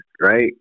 right